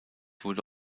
wurde